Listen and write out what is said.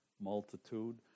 Multitude